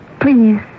Please